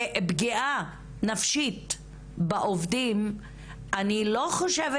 ופגיעה נפשית בעובדים - אני לא חושבת